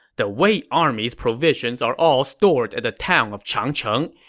the wei army's provisions are all stored at the town of changcheng.